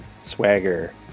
swagger